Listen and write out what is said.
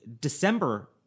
December